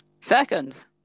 Seconds